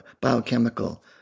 biochemical